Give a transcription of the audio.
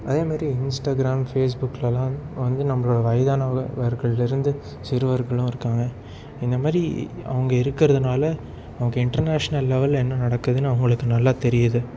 அதே மாரி இன்ஸ்டாக்ராம் ஃபேஸ் புக்லெலாம் வந் வந்து நம்ம வயதானவர்களிருந்து சிறுவர்களும் இருக்காங்க இந்த மாதிரி அவங்க இருக்கிறதுனால அவங்க இன்டர்நேஷனல் லெவலில் என்ன நடக்குதுன்னு அவங்களுக்கு நல்லா தெரியுது